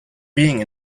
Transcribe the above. being